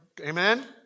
Amen